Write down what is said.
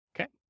okay